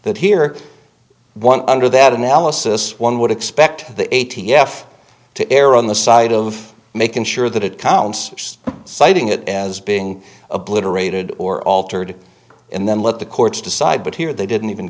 that here one under that analysis one would expect the a t f to err on the side of making sure that it counts citing it as being obliterated or altered and then let the courts decide but here they didn't even